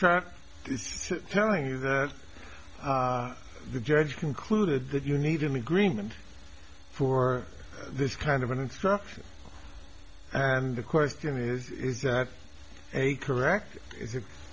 truck is telling you that the judge concluded that you need him agreement for this kind of an instruction and the question is is that a correct it's